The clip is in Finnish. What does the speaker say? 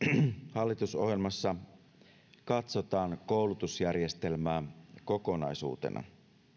hallitusohjelmassa katsotaan koulutusjärjestelmää kokonaisuutena